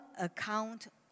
account